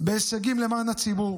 בהישגים למען הציבור